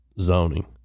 zoning